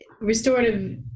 restorative